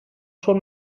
schon